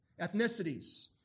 ethnicities